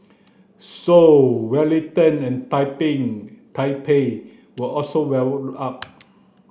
Seoul Wellington and Taipei were also well up